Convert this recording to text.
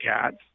cats